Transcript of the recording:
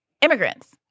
immigrants